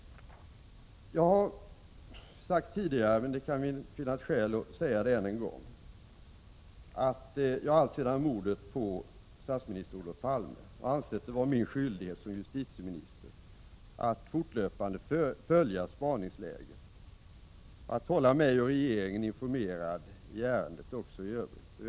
Jag har tidigare sagt, men det kan finnas skäl att säga det ännu en gång, att jag alltsedan mordet på statsminister Olof Palme har ansett det vara min skyldighet som justitieminister att fortlöpande följa spaningsläget och att hålla mig och regeringen informerad i ärendet även i övrigt.